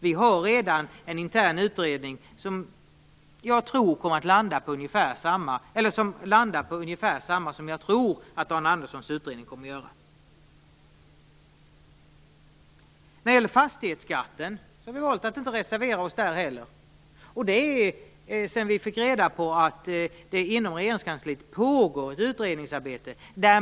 Vi har redan en intern utredning som landar på ungefär samma slutsats som jag tror att Dan Anderssons utredning kommer att göra. Också när det gäller fastighetsskatten har vi valt att inte reservera oss. Det beror på att vi fick reda på att det inom Regeringskansliet pågår ett utredningsarbete.